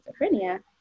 schizophrenia